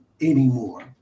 anymore